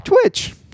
Twitch